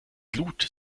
glut